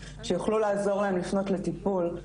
שיוכלו לעזור להן לפנות לטיפול.